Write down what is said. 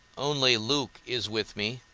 only luke is with me,